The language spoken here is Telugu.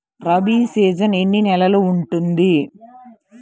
రబీ సీజన్ ఎన్ని నెలలు ఉంటుంది?